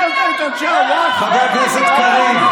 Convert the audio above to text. חבר הכנסת קריב,